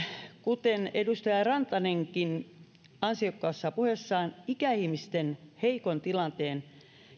kuten edustaja rantanenkin ansiokkaassa puheessaan ikäihmisten heikon tilanteen